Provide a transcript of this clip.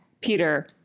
Peter